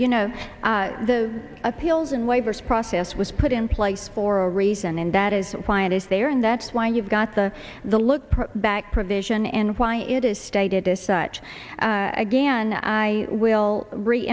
you know the appeals and waivers process was put in place for a reason and that is why it is there and that's why you've got the the look back provision and why it is stated as such again i will re